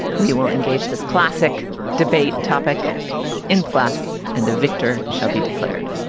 we will engage this classic debate topic in plus and the victor shall be declared